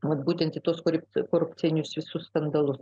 vat būtent į tuos korupcinius visus skandalus